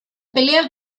peleas